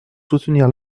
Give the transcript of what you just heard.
soutenir